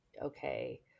okay